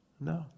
No